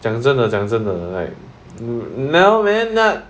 讲真的讲真的 like no man not